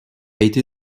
été